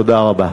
תודה רבה.